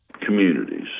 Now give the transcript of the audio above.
communities